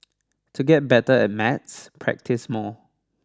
to get better at maths practise more